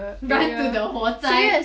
run to the 火灾